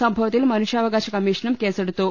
സംഭവത്തിൽ മനുഷ്യാവകാശ കമ്മിഷനും കേസെടുത്തു